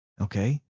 Okay